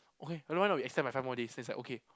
okay why not you extend by five more days then it's like okay